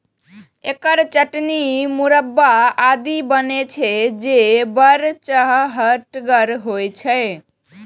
एकर चटनी, मुरब्बा आदि बनै छै, जे बड़ चहटगर होइ छै